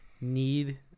need